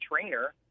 trainer